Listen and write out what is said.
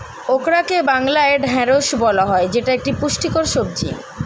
ওকরাকে বাংলায় ঢ্যাঁড়স বলা হয় যেটা একটি পুষ্টিকর সবজি